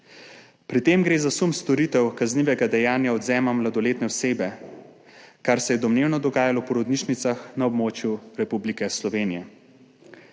Pri tem gre za sum storitev kaznivega dejanja odvzema mladoletne osebe, kar se je domnevno dogajalo v porodnišnicah na območju Republike Slovenije.